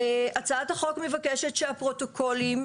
הצעת החוק מבקשת שהפרוטוקולים,